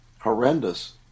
horrendous